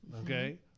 okay